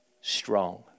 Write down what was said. strong